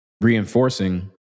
reinforcing